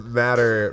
matter